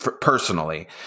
personally